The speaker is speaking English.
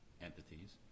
entities